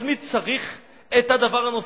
אז מי צריך את הדבר הנוסף.